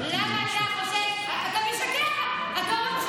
אז למה אתה חושש לבוא לוועדה?